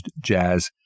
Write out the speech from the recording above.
jazz